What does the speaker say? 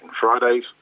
Fridays